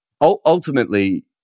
ultimately